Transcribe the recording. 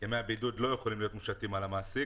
ימי הבידוד לא יכולים להיות מושתים על המעסיק.